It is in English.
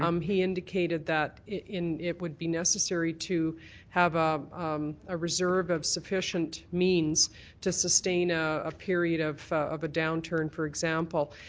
um he indicated that it would be necessary to have ah a reserve of sufficient means to sustain ah a period of of a downturn, for example,